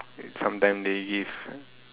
sometime they give